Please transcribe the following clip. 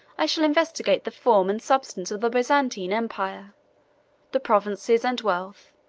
i shall investigate the form and substance of the byzantine empire the provinces and wealth,